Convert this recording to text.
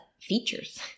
features